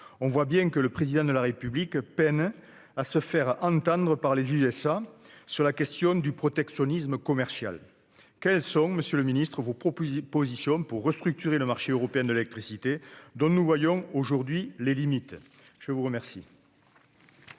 On voit bien que le Président de la République peine à se faire entendre par les États-Unis d'Amérique sur la question du protectionnisme commercial. Quelles sont, monsieur le ministre, vos propositions pour restructurer le marché européen de l'électricité, dont nous voyons aujourd'hui les limites ? La parole